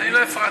אני לא הפרעתי.